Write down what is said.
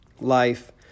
life